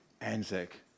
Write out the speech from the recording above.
Anzac